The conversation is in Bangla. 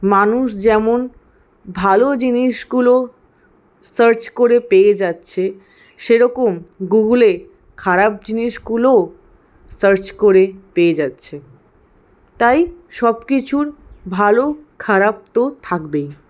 মানুষ যেমন ভালো জিনিসগুলো সার্চ করে পেয়ে যাচ্ছে সেরকম গুগুলে খারাপ জিনিসগুলোও সার্চ করে পেয়ে যাচ্ছে তাই সবকিছুর ভালো খারাপ তো থাকবেই